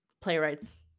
playwrights